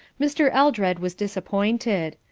mr. eldred was disappointed.